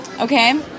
Okay